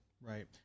Right